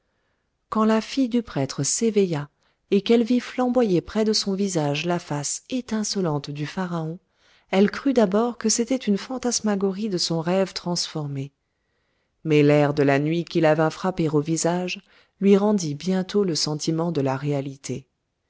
quand la fille du prêtre s'éveilla et qu'elle vit flamboyer près de son visage la face étincelante du pharaon elle crut d'abord que c'était une fantasmagorie de son rêve transformé mais l'air de la nuit qui la vint frapper au visage lui rendit bientôt le sentiment de la réalité